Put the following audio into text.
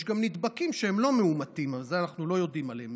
יש גם נדבקים שהם לא מאומתים אבל אנחנו לא יודעים עליהם.